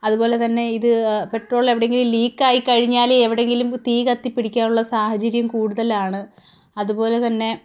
അതുപോലെ തന്നെ ഇത് പെട്രോൾ എവിടെയെങ്കിലും ലീക്ക് ആയി കഴിഞ്ഞാൽ എവിടെയെങ്കിലും തീ കത്തി പിടിക്കാനുള്ള സാഹചര്യം കൂടുതലാണ് അതുപോലെ തന്നെ